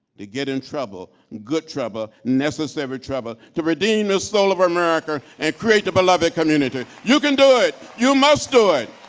to get in trouble, good trouble, necessary trouble to redeem the soul of america and create the beloved community. you can do it, you must do it!